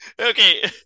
Okay